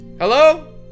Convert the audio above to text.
Hello